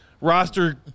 roster